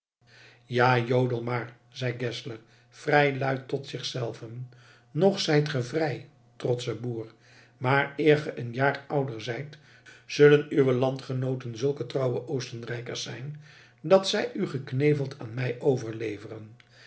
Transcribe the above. ja jodel maar zeide geszler vrij luid tot zichzelven nog zijt ge vrij trotsche boer maar eer ge een jaar ouder zijt zullen uwe landgenooten zulke trouwe oostenrijkers zijn dat zij u gekneveld aan mij overleveren